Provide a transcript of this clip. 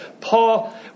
Paul